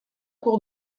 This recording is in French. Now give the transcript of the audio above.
cour